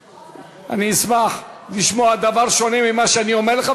ואני אשמח לשמוע דבר שונה ממה שאני אומר לך,